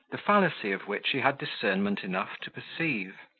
the fallacy of which he had discernment enough to perceive.